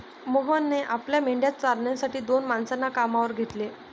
मोहनने आपल्या मेंढ्या चारण्यासाठी दोन माणसांना कामावर घेतले